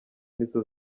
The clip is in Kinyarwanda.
nizo